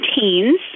teens